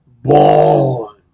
born